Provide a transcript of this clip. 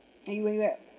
anyway where